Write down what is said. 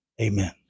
Amen